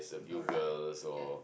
alright okay